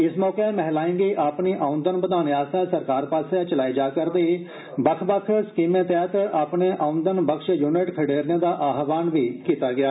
इस मौके महिलाएं गी अपनी औंदन बदाने आस्तै सरकार पास्सेआ चलाई जारदी बक्ख बक्ख स्कीमें तैहत अपने औंदन बक्श युनिट खडेरने दा आहवान कीता गेआ